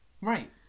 Right